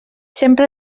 sempre